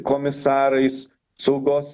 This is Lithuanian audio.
komisarais saugos